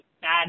Bad